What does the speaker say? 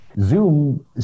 zoom